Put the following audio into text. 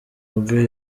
bwe